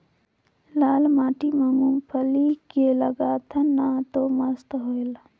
लाल माटी म मुंगफली के लगाथन न तो मस्त होयल?